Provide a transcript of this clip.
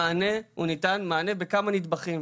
המענה הוא ניתן מענה בכמה נדבכים,